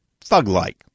thug-like